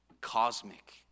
cosmic